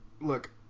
look